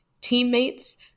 teammates